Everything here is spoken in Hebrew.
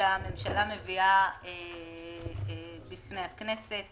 שהממשלה מביאה בפני הכנסת.